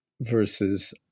versus